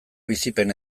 bizipen